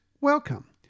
welcome